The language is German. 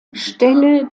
stelle